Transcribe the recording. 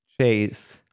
Chase